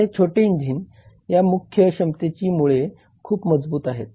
आता हे छोटे इंजिन या मुख्य क्षमतेची मुळे खूप मजबूत आहेत